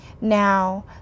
Now